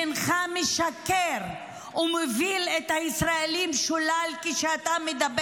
שהינך משקר ומוביל את הישראלים שולל כשאתה מדבר